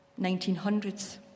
1900s